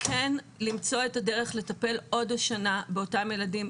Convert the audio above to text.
כן למצוא את הדרך לטפל עוד השנה באותם ילדים,